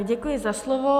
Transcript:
Děkuji za slovo.